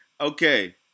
Okay